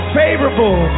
favorable